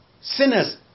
Sinners